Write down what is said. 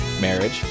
marriage